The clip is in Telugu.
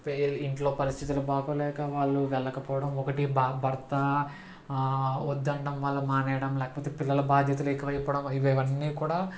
ఫెయిల్ ఇంట్లో పరిస్థితులు బాగోలేక వాళ్ళు వెళ్ళకపోవడం ఒకటి బా భర్త వద్దు అనడం వల్ల మానేయడం లేకపోతే పిల్లల బాధ్యతలు ఎక్కువైపోవడం ఇవన్నీ కూడా